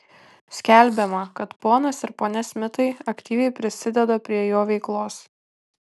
skelbiama kad ponas ir ponia smitai aktyviai prisideda prie jo veiklos